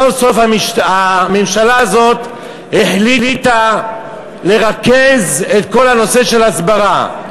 סוף-סוף הממשלה הזאת החליטה לרכז את כל הנושא של ההסברה,